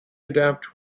adapt